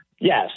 Yes